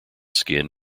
skin